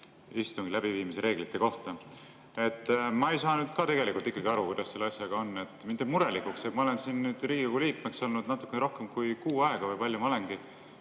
istungi läbiviimise reeglite kohta. Ma ei saanud ka tegelikult ikkagi aru, kuidas selle asjaga on. Mind teeb murelikuks see, et ma olen Riigikogu liige olnud natuke rohkem kui kuu aega, või kui palju ma olengi,